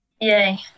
Yay